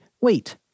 wait